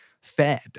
fed